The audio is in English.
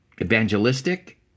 evangelistic